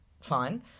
fine